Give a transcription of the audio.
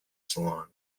salon